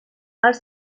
els